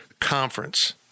conference